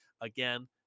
again